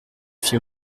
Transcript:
fit